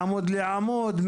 מעמוד לעמוד,